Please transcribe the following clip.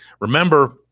remember